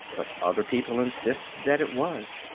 but other people insisted that it was.